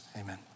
amen